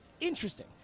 interesting